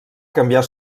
canviar